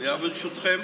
אני רק אסיים, ברשותכם.